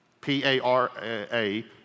p-a-r-a